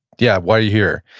yeah why are you here?